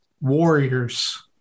Warriors